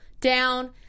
down